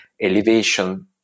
elevation